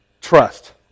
Trust